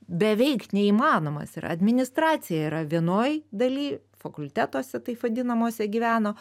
beveik neįmanomas ir administracija yra vienoj daly fakultetuose taip vadinamuose gyveno